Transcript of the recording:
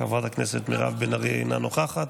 חברת הכנסת מירב בן ארי, אינה נוכחת,